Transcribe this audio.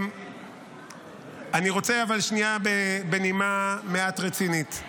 אני רוצה שנייה בנימה מעט רצינית.